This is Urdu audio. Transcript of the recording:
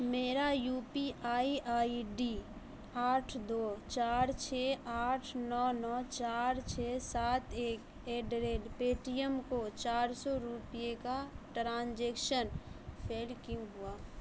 میرا U P I I D آٹھ دو چار چھ آٹھ نو نو چار چھ سات ایک at the rate Paytm کو چار سو روپئے کا ٹرانزیکشن فیل کیوں ہوا